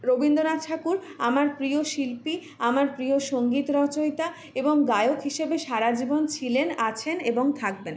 রবীন্দ্রনাথ ঠাকুর আমার প্রিয় শিল্পী আমার প্রিয় সংগীত রচয়িতা এবং গায়ক হিসেবে সারাজীবন ছিলেন আছেন এবং থাক